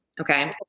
Okay